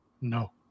No